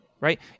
right